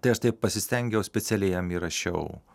tai aš taip pasistengiau specialiai jam įrašiau